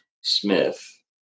Smith